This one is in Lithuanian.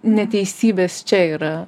neteisybės čia yra